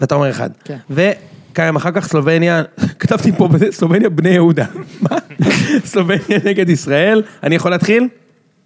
אתה אומר אחד, וקיים אחר כך סלובניה, כתבתי פה סלובניה בני יהודה, מה? סלובניה נגד ישראל, אני יכול להתחיל?